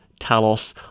Talos